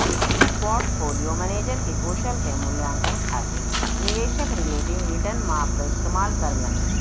portfolio manager के कौशल क मूल्यांकन खातिर निवेशक रिलेटिव रीटर्न माप क इस्तेमाल करलन